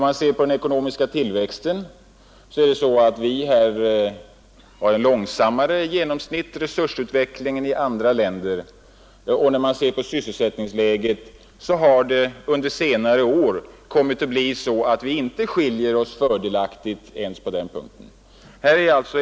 Ser vi på den ekonomiska tillväxten finner vi att vi har en genomsnittligt långsammare resursutveckling än i andra länder. Och om vi ser på sysselsättningsläget, finner vi att det under senare år blivit så att vi inte skiljer oss fördelaktigt från andra länder ens på den punkten.